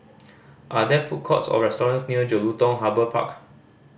are there food courts or restaurants near Jelutung Harbour Park